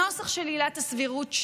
הנוסח של עילת הסבירות,